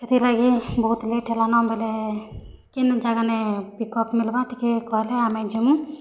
ହେତିର୍ ଲାଗି ବହୁତ୍ ଲେଟ୍ ହେଲାନ ବଇଲେ କେନ୍ ଜାଗାନେ ପିକଅପ୍ ମିଲବା ଟିକେ କହେଲେ ଆମେ ଯିମୁ